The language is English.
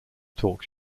talk